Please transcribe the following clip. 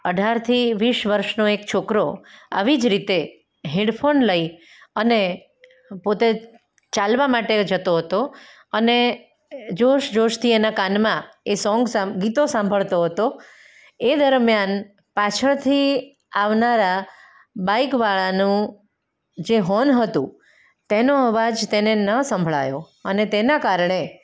અઢારથી વીસ વર્ષનો એક છોકરો આવી જ રીતે હેડફોન લઈ અને પોતે ચાલવા માટે જતો હતો અને જોશ જોશથી એ કાનમાં એ સોંગ ગીતો સાંભળતો હતો એ દરમિયાન પાછળથી આવનારા બાઈકવાળાનો જે હોર્ન હતું તેનો અવાજ તેને ન સંભળાયો અને તેના કારણે